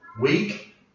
week